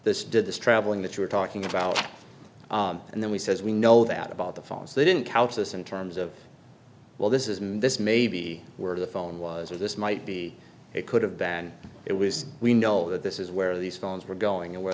this did this traveling that you're talking about and then he says we know that about the phones they didn't couch this in terms of well this is this maybe where the phone was or this might be it could have been it was we know that this is where these phones were going or w